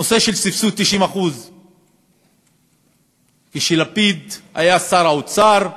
הנושא של סבסוד 90%. כשלפיד היה שר האוצר ישבנו,